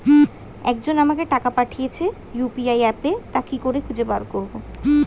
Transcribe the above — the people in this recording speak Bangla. একজন আমাকে টাকা পাঠিয়েছে ইউ.পি.আই অ্যাপে তা কি করে খুঁজে বার করব?